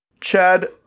Chad